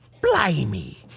Blimey